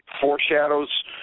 foreshadows